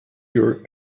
your